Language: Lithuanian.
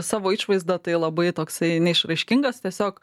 savo išvaizda tai labai toksai neišraiškingas tiesiog